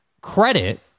credit